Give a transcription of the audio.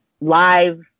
live